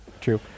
true